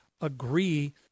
agree